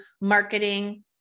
marketing